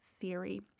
theory